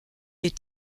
est